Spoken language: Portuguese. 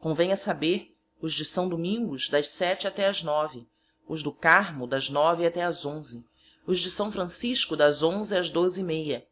convem a saber os de saõ domingos das sete até as nove os do carmo das nove até as onze os de saõ francisco das onze ás doze e meia